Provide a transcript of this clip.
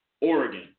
Oregon